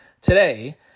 today